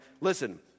listen